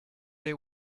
they